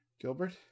Gilbert